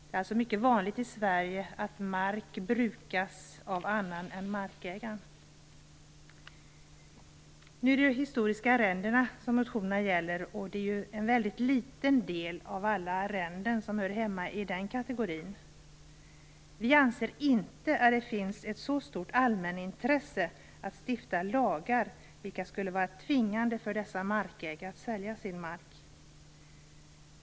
Det är alltså mycket vanligt i Sverige att mark brukas av annan än markägaren. Motionerna gäller de historiska arrendena, men det är en väldigt liten del av alla arrenden som hör hemma i den kategorin. Vi anser inte att det finns ett så stort allmänintresse av att stifta lagar som skulle göra att markägarna i fråga skulle tvingas sälja sin mark.